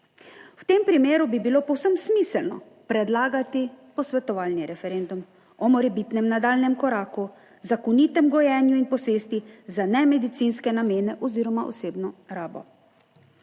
V tem primeru bi bilo povsem smiselno predlagati posvetovalni referendum o morebitnem nadaljnjem koraku - zakonitem gojenju in posesti za ne medicinske namene oziroma osebno rabo.